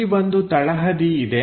ಇಲ್ಲಿ ಒಂದು ತಳಹದಿ ಇದೆ